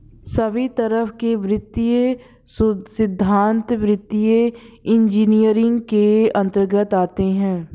सभी तरह के वित्तीय सिद्धान्त वित्तीय इन्जीनियरिंग के अन्तर्गत आते हैं